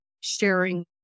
sharing